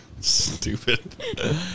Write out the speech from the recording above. Stupid